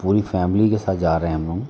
पूरी फैमिली के साथ जा रहे हैं हम लोग